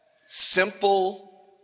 simple